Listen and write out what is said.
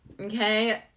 Okay